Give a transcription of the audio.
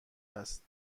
است